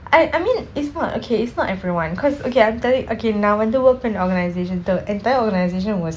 I I mean it's not okay it's not everyone cause okay I'm telling okay நான் வந்து:naan vanthu work பன்ன:panna organisation the entire organisation was